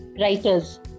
writers